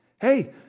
Hey